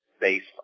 based